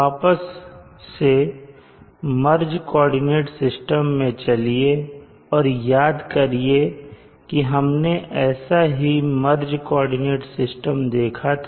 वापस से merge coordinate system में चलिए और याद करिए कि हमने ऐसा ही मर्ज कॉर्डिनेट सिस्टम देखा था